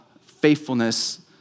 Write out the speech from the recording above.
faithfulness